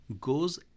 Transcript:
goes